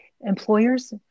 employers